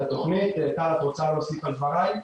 טל את רוצה להוסיף על דבריי?